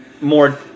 more